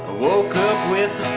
woke up with